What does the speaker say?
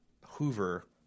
hoover